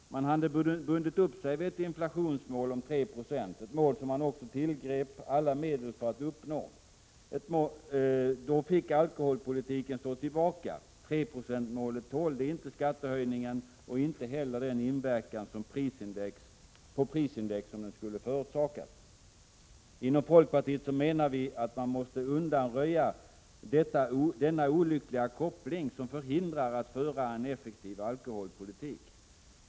Man hade bundit upp sig vid ett inflationsmål på 3 96, ett mål som man också tillgrep alla medel för att uppnå. Då fick alkoholpolitiken stå tillbaka. Treprocentsmålet tålde inte skattehöjningen och inte heller den inverkan på prisindex som den skulle ha förorsakat. Inom folkpartiet menar vi att man måste undanröja denna olyckliga koppling som utgör ett hinder för att föra en effektiv alkoholpolitik.